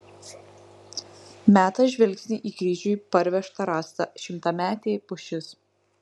meta žvilgsnį į kryžiui parvežtą rąstą šimtametė pušis